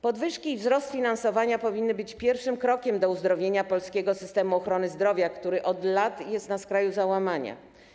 Podwyżki i wzrost finansowania powinny być pierwszym krokiem do uzdrowienia polskiego systemu ochrony zdrowia, który od lat jest na skraju załamania.